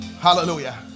Hallelujah